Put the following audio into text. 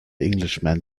englishman